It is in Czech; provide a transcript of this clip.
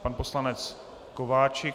Pan poslanec Kováčik.